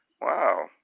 Wow